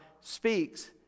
speaks